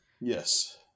Yes